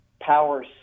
power